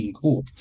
cool